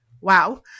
Wow